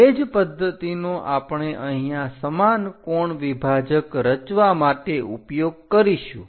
તે જ પદ્ધતિનો આપણે અહીંયા સમાન કોણ વિભાજક રચવા માટે ઉપયોગ કરીશું